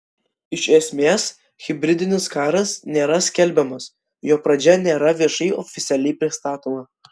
iš esmės hibridinis karas nėra skelbiamas jo pradžia nėra viešai oficialiai pristatoma